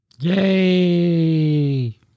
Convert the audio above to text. yay